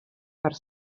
per